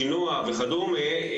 שינוע וכדומה,